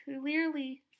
clearly